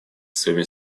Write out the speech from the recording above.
своими